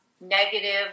negative